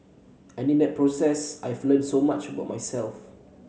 and in that process I've learnt so much about myself